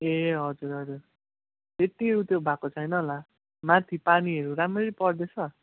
ए हजुर हजुर त्यति ऊ त्यो भएको छैन होला माथि पानीहरू राम्रै पर्दैछ